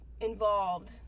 involved